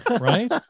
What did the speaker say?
Right